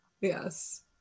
yes